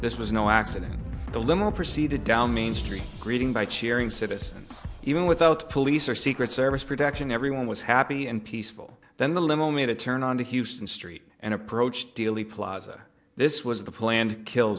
this was no accident the little proceeded down main street greeting by cheering citizens even without police or secret service protection everyone was happy and peaceful then the limo made a turn on to houston street and approached dealey plaza this was the planned kill